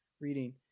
reading